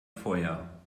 feuer